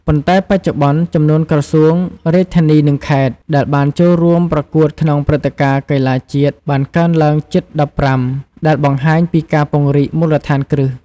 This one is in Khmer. ប៉ុន្តែបច្ចុប្បន្ន ចំនួនក្រសួង រាជធានី និង ខេត្ត ដែលបានចូលរួមប្រកួតក្នុងព្រឹត្តិការណ៍កីឡាជាតិបានកើនឡើងជិត១៥ ដែលបង្ហាញពីការពង្រីកមូលដ្ឋានគ្រឹះ។